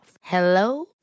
Hello